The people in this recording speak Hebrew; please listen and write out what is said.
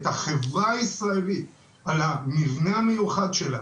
את החברה הישראלית על המבנה המיוחד שלה,